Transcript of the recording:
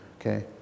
Okay